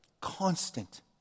constant